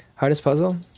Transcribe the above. hardest puzzle